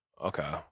Okay